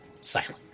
silent